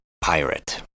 Pirate